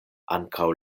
ankaŭ